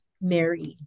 married